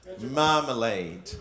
marmalade